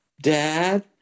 Dad